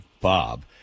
Bob